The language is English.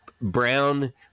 brown